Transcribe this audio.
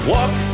Walk